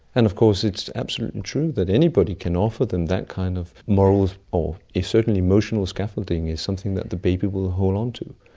and of course, it's absolutely true that anybody can offer them that kind of moral or certainly emotional scaffolding as something that the baby will hold onto.